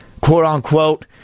quote-unquote